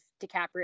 DiCaprio